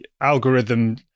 algorithm